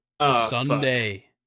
Sunday